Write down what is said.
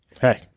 Hey